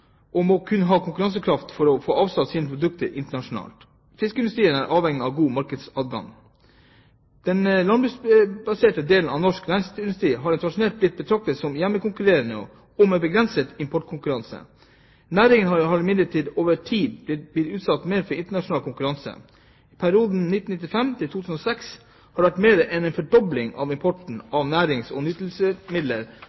ha god konkurransekraft for å få omsatt sine produkter internasjonalt. Fiskeindustrien er avhengig av god markedsadgang. Den landbruksbaserte delen av norsk næringsmiddelindustri har tradisjonelt blitt betraktet som hjemmekonkurrerende og med begrenset importkonkurranse. Næringen har imidlertid over tid blitt mer utsatt for internasjonal konkurranse. I perioden 1995 til 2006 har det vært mer enn en fordobling av importen